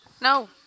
No